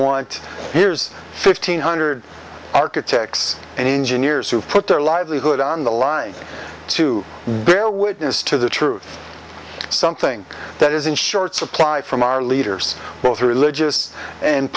want here's fifteen hundred architects and engineers who put their lives good on the life to bear witness to the truth something that is in short supply from our leaders both religious and